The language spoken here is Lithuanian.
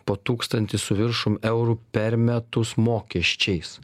po tūkstantį su viršum eurų per metus mokesčiais